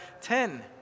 ten